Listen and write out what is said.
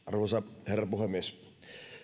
arvoisa herra puhemies